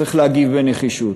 צריך להגיב בנחישות.